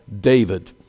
David